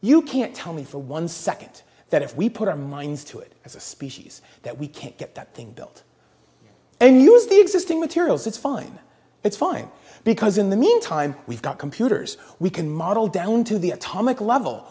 you can't tell me for one second that if we put our minds to it as a species that we can't get that thing built and use the existing materials it's fine it's fine because in the meantime we've got computers we can model down to the atomic level